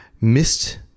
missed